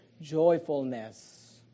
joyfulness